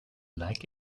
like